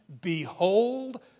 Behold